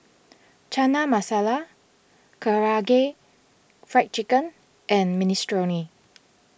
Chana Masala Karaage Fried Chicken and Minestrone